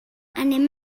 anem